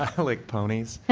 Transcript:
ah hilik ponies.